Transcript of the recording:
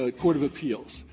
ah court of appeals.